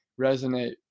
resonate